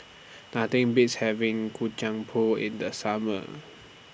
Nothing Beats having Kacang Pool in The Summer